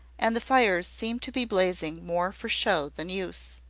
and the fires seemed to be blazing more for show than use.